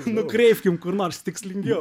nukreipkim kur nors tikslingiau